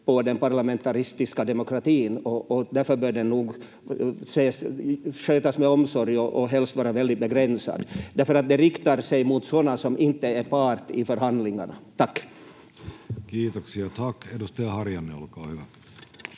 på den parlamentariska demokratin och därför bör de skötas med omsorg och helst vara väldigt begränsade, därför att de riktar sig mot sådana som inte är part i förhandlingarna. — Tack. Kiitoksia, tack. — Edustaja Harjanne, olkaa hyvä.